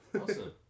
Awesome